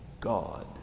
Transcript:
God